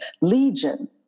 Legion